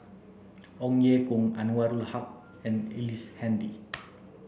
Ong Ye Kung Anwarul Haque and Ellice Handy